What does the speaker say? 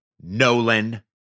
Nolan